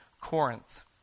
corinth